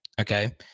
Okay